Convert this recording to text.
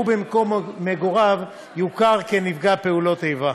במקום מגוריו יוכר כנפגע פעולות איבה.